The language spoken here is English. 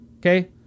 okay